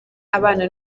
abana